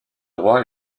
droit